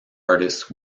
artist